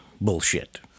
Bullshit